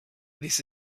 this